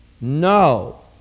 No